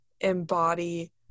embody